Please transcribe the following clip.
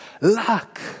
luck